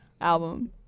Album